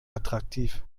attraktiv